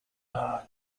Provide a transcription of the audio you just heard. are